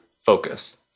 focus